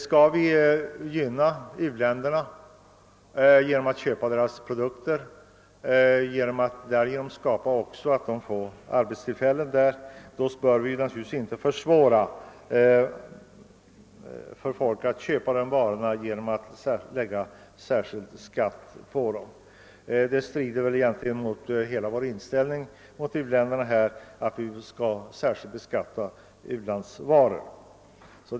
Skall vi gynna u-länderna genom att köpa deras produkter och därigenom skapa arbetstillfällen för dem, skall vi naturligtvis inte försvåra för folk att köpa u-ländernas varor genom att läg ga särskild skatt på dem. Det strider väl egentligen mot hela vår inställning till u-länderna att vi särskilt beskattar u-landsvaror.